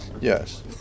Yes